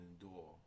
endure